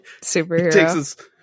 superhero